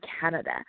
Canada